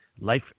Life